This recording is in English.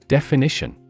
Definition